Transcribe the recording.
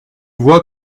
vois